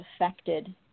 affected